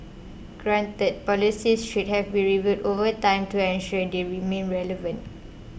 granted policies should have be reviewed over time to ensure they remain relevant